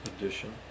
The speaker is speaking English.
edition